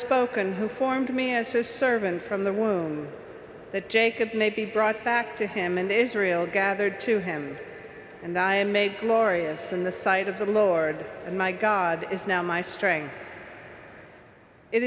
spoken who formed me answer servants from the womb that jacob may be brought back to him and israel gathered to him and i am made glorious and the size of the lord and my god is now my strength it